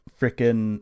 frickin